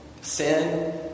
sin